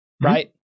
right